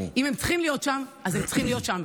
אם הם צריכים להיות שם, אז הם צריכים להיות שם.